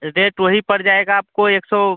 rate वही पड़ जाएगा आपको एक सौ